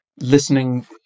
listening